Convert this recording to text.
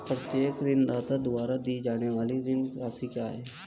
प्रत्येक ऋणदाता द्वारा दी जाने वाली ऋण राशि क्या है?